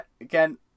Again